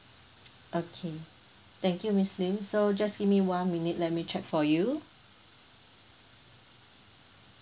okay thank you miss lim so just give me one minute let me check for you